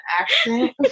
accent